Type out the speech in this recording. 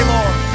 Lord